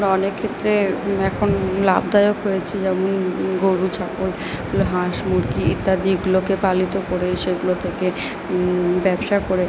অনেক ক্ষেত্রে এখন লাভদায়ক হয়েছে যেমন গোরু ছাগল ল হাঁস মুরগি ইত্যাদি এগুলোকে পালিত করে সেগুলো থেকে ব্যবসা করে